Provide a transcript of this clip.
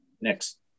next